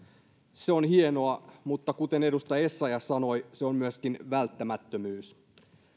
se on hienoa mutta kuten edustaja essayah sanoi se on myöskin välttämättömyys